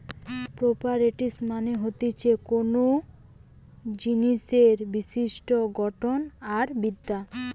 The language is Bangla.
প্রোপারটিস মানে হতিছে কোনো জিনিসের বিশিষ্ট গঠন আর বিদ্যা